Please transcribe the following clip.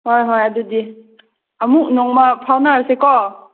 ꯍꯣꯏ ꯍꯣꯏ ꯑꯗꯨꯗꯤ ꯑꯃꯨꯛ ꯅꯣꯡꯃ ꯐꯥꯎꯅꯔꯁꯤꯀꯣ